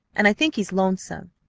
and i think he's lonesome.